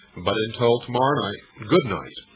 but until tomorrow night, good night,